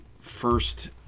first